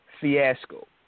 fiasco